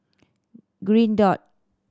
Green Dot